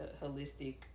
holistic